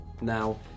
Now